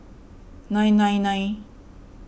nine nine nine